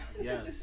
Yes